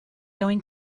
going